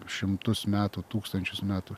šimtus metų tūkstančius metų